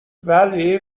ولی